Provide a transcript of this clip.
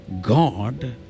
God